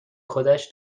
خودش